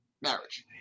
marriage